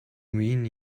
mean